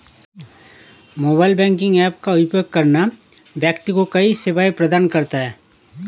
mobile banking app का उपयोग करना व्यक्ति को कई सेवाएं प्रदान करता है